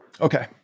Okay